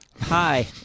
Hi